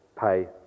pay